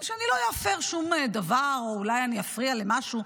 כדי שאני לא אפר שום דבר או אולי אני אפריע למשהו.